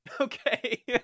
okay